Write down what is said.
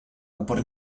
upór